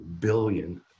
billion